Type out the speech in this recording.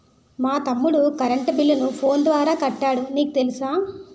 మా తమ్ముడు కరెంటు బిల్లును ఫోను ద్వారా కట్టాడు నీకు తెలుసా